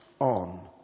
on